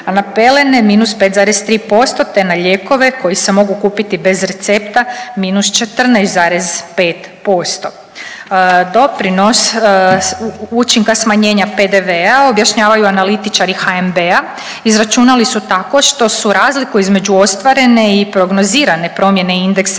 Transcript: a na pelene -5,3%, te na lijekove koji se mogu kupiti bez recepta -14,5%. Doprinos učinka smanjenja PDV-a objašnjavaju analitičari HNB-a izračunali su tako što su razliku između ostvarene i prognozirane promjene indeksa